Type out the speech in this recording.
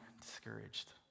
discouraged